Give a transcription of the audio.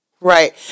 Right